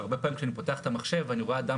כי הרבה פעמים כשאני פותח את המחשב ואני רואה אדם